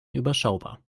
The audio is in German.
überschaubar